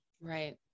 Right